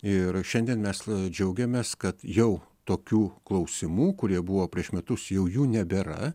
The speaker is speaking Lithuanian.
ir šiandien mes džiaugiamės kad jau tokių klausimų kurie buvo prieš metus jau jų nebėra